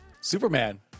Superman